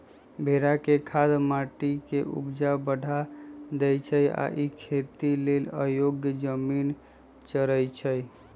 भेड़ा के खाद माटी के ऊपजा बढ़ा देइ छइ आ इ खेती लेल अयोग्य जमिन चरइछइ